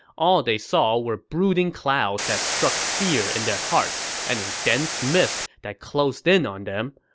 all they saw were brooding clouds that struck fear in their hearts and a dense mist that closed in on them.